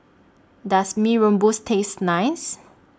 Does Mee Rebus Taste nice